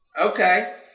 Okay